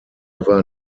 never